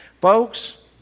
Folks